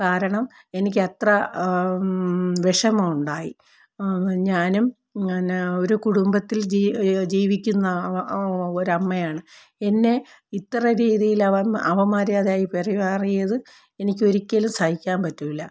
കാരണം എനിക്കത്ര വിഷമമുണ്ടായി ഞാനും പിന്നെ ഒരു കുടുംബത്തിൽ ജീ ജീവിക്കുന്ന ഒരമ്മയാണ് എന്നെ ഇത്ര രീതിയിൽ അവൻ അപമര്യാദയായി പെരുമാറിയത് എനിക്കൊരിക്കലും സഹിക്കാൻ പറ്റില്ല